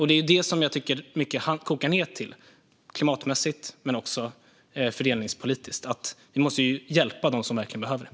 Det är detta som jag tycker mycket kokar ned till, klimatmässigt men också fördelningspolitiskt: att vi måste hjälpa dem som verkligen behöver det.